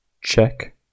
check